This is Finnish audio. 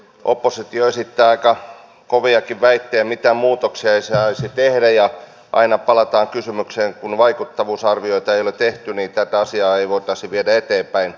oppositio esittää aika koviakin väitteitä mitään muutoksia ei saisi tehdä ja aina palataan siihen kysymykseen että kun vaikuttavuusarvioita ei ole tehty niin tätä asiaa ei voitaisi viedä eteenpäin